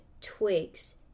twigs